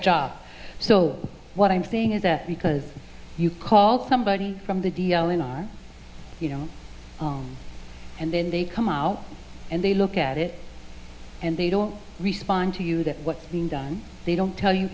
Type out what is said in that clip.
job so what i'm saying is that because you call somebody from the d l in our you know and then they come out and they look at it and they don't respond to you that what's being done they don't tell you